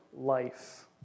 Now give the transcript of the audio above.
life